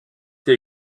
été